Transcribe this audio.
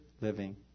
living